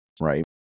right